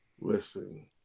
Listen